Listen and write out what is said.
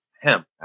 hemp